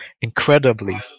incredibly